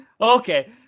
Okay